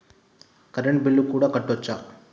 Current bill కూడా కట్టొచ్చా?